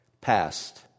past